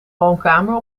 woonkamer